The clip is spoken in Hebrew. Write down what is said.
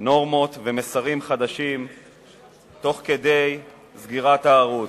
נורמות ומסרים חדשים תוך כדי סגירת הערוץ,